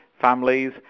families